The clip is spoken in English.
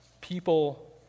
people